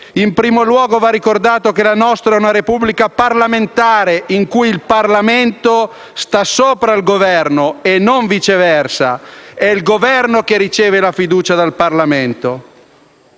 anzitutto ricordato che la nostra è una Repubblica parlamentare in cui il Parlamento sta sopra il Governo e non viceversa; è il Governo che riceve la fiducia dal Parlamento.